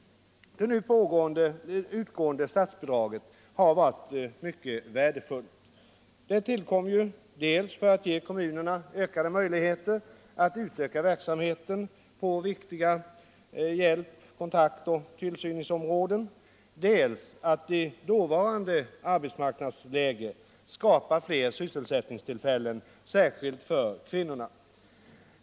Det nu utgående statsbidraget har varit värdefullt. Det tillkom dels för att ge kommunerna bättre möjligheter att utöka verksamheten på viktiga hjälp-, kontaktoch tillsynsområden, dels för att i dåvarande arbetsmarknadsläge skapa fler sysselsättningstillfällen, särskilt för kvinnor.